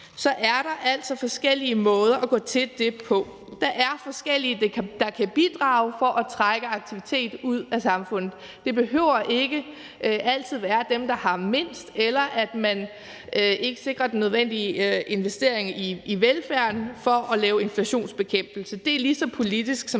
så er der altså forskellige måder at gå til det på. Der er forskellige, der kan bidrage for at trække aktivitet ud af samfundet. Det behøver ikke altid være dem, der har mindst, eller være på den måde, at man ikke sikrer den nødvendige investering i velfærden for at lave inflationsbekæmpelse. Det er lige så politisk som